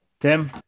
Tim